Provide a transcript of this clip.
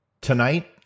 Tonight